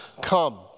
Come